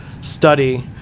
study